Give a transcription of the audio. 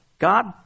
God